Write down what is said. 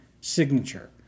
signature